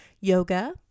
yoga